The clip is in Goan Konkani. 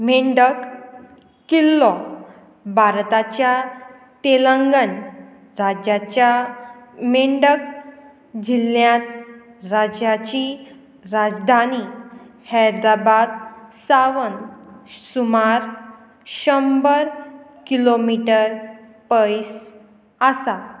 मेंडक किल्लो भारताच्या तेलंगण राज्याच्या मेंडक जिल्ल्यांत राज्याची राजधानी हैदराबाद सावन सुमार शंबर किलोमिटर पयस आसा